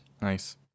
Nice